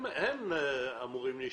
הם אמורים להשתמש.